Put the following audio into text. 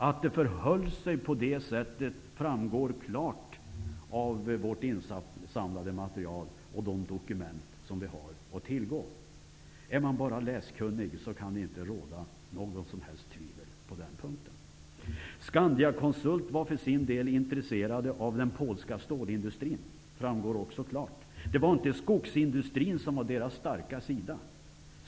Att det förhöll sig på det sättet framgår klart av vårt insamlade material och de dokument som vi har att tillgå. Är man bara läskunnig kan det inte råda något som helst tvivel på den punkten. Scandiaconsult var för sin del intresserat av den polska stålindustrin. Det framgår också klart. Det var inte skogsindustrin som var deras starka sida.